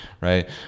right